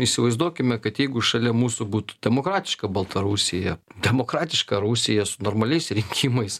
įsivaizduokime kad jeigu šalia mūsų būtų demokratiška baltarusija demokratiška rusija su normaliais rinkimais